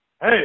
Hey